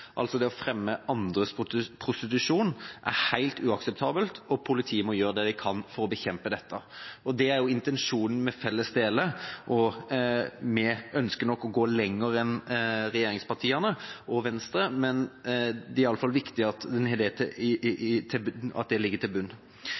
å fremme andres prostitusjon – er helt uakseptabelt. Politiet må gjøre det de kan for å bekjempe dette. Det er intensjonen vi felles deler. Vi ønsker nok å gå lenger enn regjeringspartiene og Venstre, men det er viktig at